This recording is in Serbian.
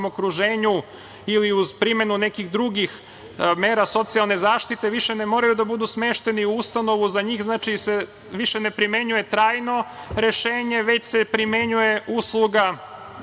okruženju ili uz primenu nekih drugih mera socijalne zaštite više ne moraju da budu smešteni u ustanovu, za njih se više ne primenjuje trajno rešenje, već se primenjuje usluga